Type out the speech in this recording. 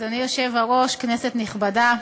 אדוני היושב-ראש, כנסת נכבדה,